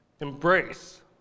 embrace